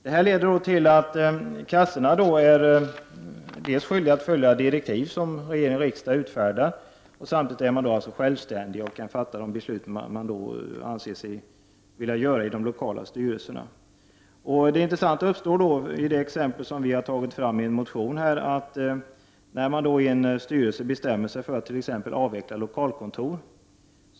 Det leder till att kassorna dels är skyldiga att följa direktiv som riksdag och regering utfärdar, dels självständiga att fatta beslut som de anser sig vilja fatta i de lokala styrelserna. Vi har tagit upp ett exempel i en motion om det intressanta som uppstår när man t.ex. i en styrelse bestämmer sig för att avveckla ett lokalkontor.